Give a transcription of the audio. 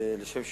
לשם שינוי,